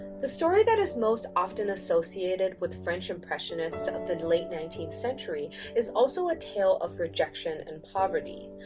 the story that is most often associated with french impressionists of the late nineteenth century is also a tale of rejection and poverty.